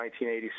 1986